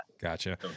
Gotcha